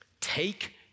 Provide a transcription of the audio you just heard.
take